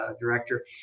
director